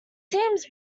seems